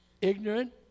ignorant